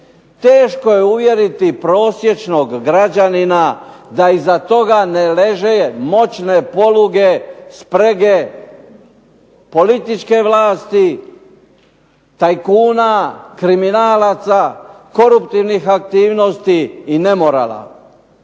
Teško je uvjeriti prosječnog građanina da iza toga ne leže moćne poluge, sprege, političke vlasti, tajkuna, kriminalaca, koruptivnih aktivnosti i nemorala.